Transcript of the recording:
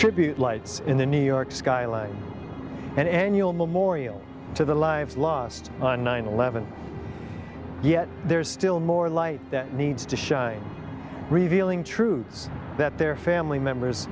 tribute lights in the new york skyline an annual memorial to the lives lost on nine eleven yet there's still more light that needs to shine revealing truths that their family members